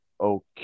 okay